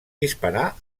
disparar